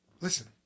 Listen